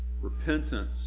Repentance